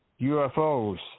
UFOs